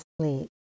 sleep